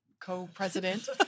co-president